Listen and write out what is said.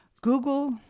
Google